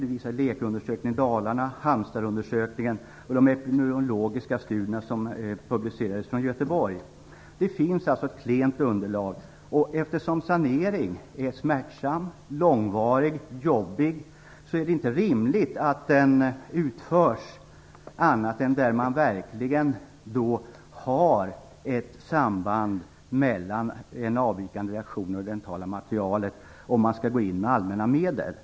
Det visar en läkarundersökning i Dalarna, Halmstadundersökningen och de epidemiologiska studier som publicerades från Göteborg. Det är ett klent underlag. Eftersom en sanering är smärtsam, långvarig och jobbig är det inte rimligt att den utförs annat än då man verkligen har ett samband mellan en avvikande reaktion och det dentala materialet om man skall gå in med allmänna medel.